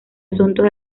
asuntos